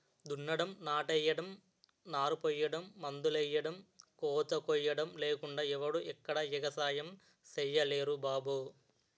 దున్నడం, నాట్లెయ్యడం, నారుపొయ్యడం, మందులెయ్యడం, కోతకొయ్యడం లేకుండా ఎవడూ ఎక్కడా ఎగసాయం సెయ్యలేరు బాబూ